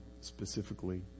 specifically